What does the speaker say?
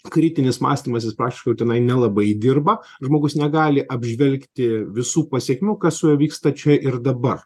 kritinis mąstymas jis praktiškai jau tenai nelabai dirba žmogus negali apžvelgti visų pasekmių kas su juo vyksta čia ir dabar